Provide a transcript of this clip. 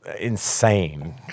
insane